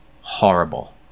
Horrible